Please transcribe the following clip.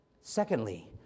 Secondly